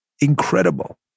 incredible